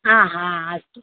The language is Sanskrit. आ हा अस्तु